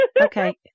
Okay